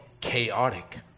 chaotic